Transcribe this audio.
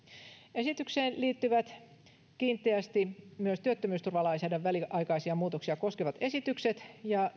esitykseen liittyvät kiinteästi myös työttömyysturvalainsäädännön väliaikaisia muutoksia koskevat esitykset ja